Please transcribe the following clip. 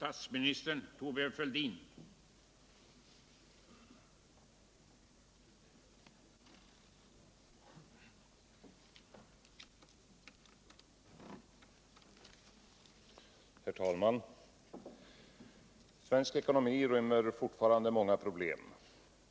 Herr talman! Svensk ekonomi rymmer fortfarande många problem.